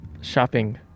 Shopping